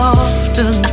often